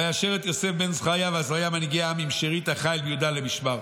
וישאר את יוסף בן זכריה ועזריה מנהיגי העם עם שארית החיל ביהודה למשמר.